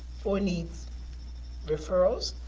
four need referrals,